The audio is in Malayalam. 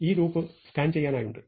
ഈ ലൂപ്പ് സ്കാൻ ചെയ്യാനായുണ്ട്